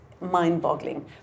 mind-boggling